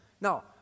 Now